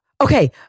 Okay